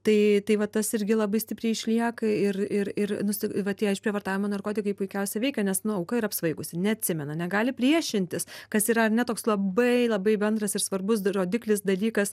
tai tai va tas irgi labai stipriai išlieka ir ir ir nusi va tie išprievartavimo narkotikai puikiausiai veikia nes nu auka yra apsvaigusi neatsimena negali priešintis kas yra ar ne toks labai labai bendras ir svarbus rodiklis dalykas